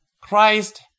Christ